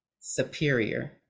superior